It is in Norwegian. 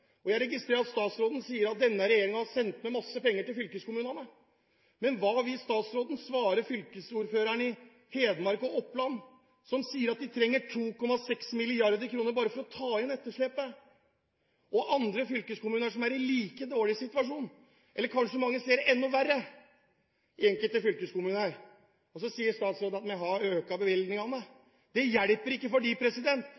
Jeg registrerer at statsråden sier at denne regjeringen har sendt med masse penger til fylkeskommunene. Men hva vil statsråden svare fylkesordførerne i Hedmark og Oppland som sier at de trenger 2,6 mrd. kr bare for å ta inn etterslepet? Andre fylkeskommuner er i en like dårlig situasjon, kanskje enda verre i enkelte fylkeskommuner. Så sier statsråden at man har